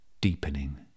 deepening